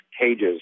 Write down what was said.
cages